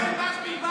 אתה הולך להצביע נגד.